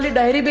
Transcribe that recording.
and diary. but